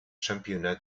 championnats